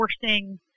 forcing